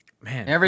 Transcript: man